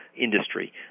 industry